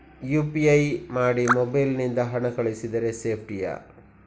UPI ಮಾಡಿ mobile ನಿಂದ ಹಣ ಕಳಿಸಿದರೆ ಸೇಪ್ಟಿಯಾ?